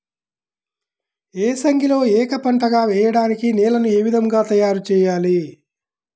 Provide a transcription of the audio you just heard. ఏసంగిలో ఏక పంటగ వెయడానికి నేలను ఏ విధముగా తయారుచేయాలి?